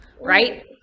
Right